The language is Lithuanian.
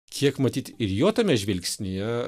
kiek matyt ir jo tame žvilgsnyje